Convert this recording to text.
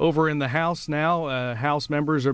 over in the house now house members